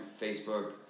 Facebook